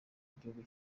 gihugu